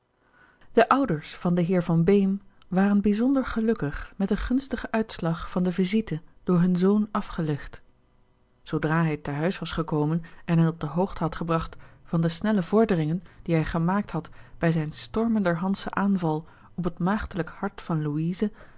de ouders van den heer van beem waren bijzonder gelukkig met den gunstigen uitslag van de visite door hun zoon afgelegd zoodra hij te huis was gekomen en hen op de hoogte had gebragt van de snelle vorderingen die hij gemaakt had bij zijn stormenderhandschen aanval op het maagdelijke hart van